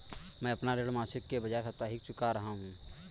मैं अपना ऋण मासिक के बजाय साप्ताहिक चुका रहा हूँ